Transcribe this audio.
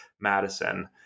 Madison